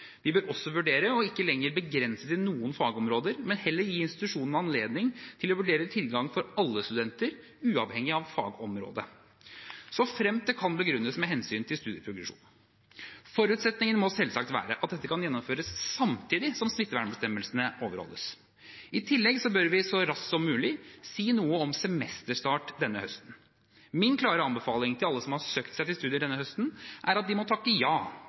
Vi bør også vurdere ikke lenger å begrense til noen fagområder, men heller gi institusjonene anledning til å vurdere tilgang for alle studenter uavhengig av fagområde, såfremt det kan begrunnes med hensyn til studieprogresjon. Forutsetningen må selvsagt være at dette kan gjennomføres samtidig som smittevernbestemmelsene overholdes. I tillegg bør vi så raskt som mulig si noe om semesterstart denne høsten. Min klare anbefaling til alle som har søkt seg til studier denne høsten, er at de må takke ja